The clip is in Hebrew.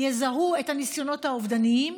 את הניסיונות האובדניים